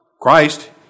Christ